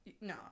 no